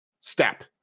step